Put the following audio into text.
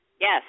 Yes